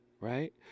Right